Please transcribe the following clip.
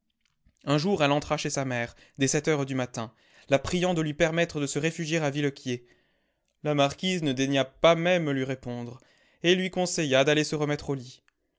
un jour elle entra chez sa mère dès sept heures du matin la priant de lui permettre de se réfugier à villequier la marquise ne daigna pas même lui répondre et lui conseilla d'aller se remettre au lit